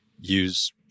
use